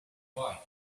boy